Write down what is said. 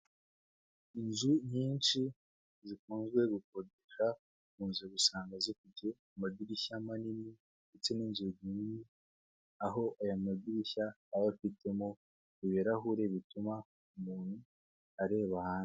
Inzu nyinshi zikunze gukodeshwa mu nzu usanga zifite amadirishya manini ndetse n'inzugi mini, aho aya madirishya aba afitemo ibirahuri bituma umuntu areba hanze.